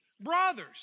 Brothers